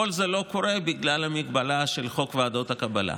כל זה לא קורה בגלל המגבלה של חוק ועדות הקבלה.